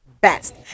best